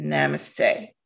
Namaste